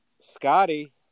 Scotty